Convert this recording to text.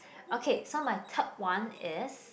okay so my third one is